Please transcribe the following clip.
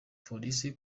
polisi